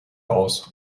aus